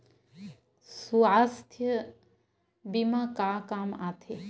सुवास्थ बीमा का काम आ थे?